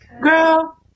Girl